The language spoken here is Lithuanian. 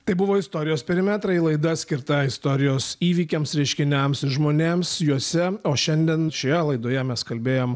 tai buvo istorijos perimetrai laida skirta istorijos įvykiams reiškiniams žmonėms juose o šiandien šioje laidoje mes kalbėjom